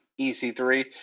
EC3